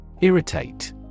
Irritate